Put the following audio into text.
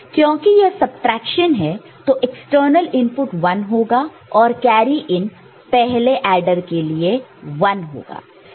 क्योंकि यह सबट्रैक्शन है तो एक्सटर्नल इनपुट 1 होगा और कैरी इन पहले एडर के लिए 1 है